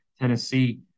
Tennessee